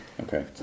Okay